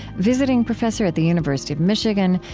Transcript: visiting professor at the university of michigan,